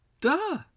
Duh